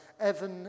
Evan